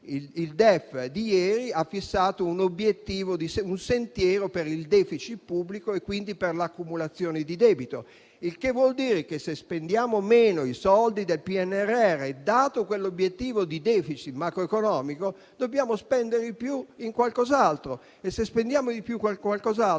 Il DEF di ieri ha fissato un obiettivo, un sentiero per il *deficit* pubblico e quindi per l'accumulazione di debito. Il che vuol dire che, se spendiamo meno i soldi del PNRR, dato quell'obiettivo di *deficit* macroeconomico, dobbiamo spendere di più in qualcos'altro; e se spendiamo di più in quel qualcos'altro,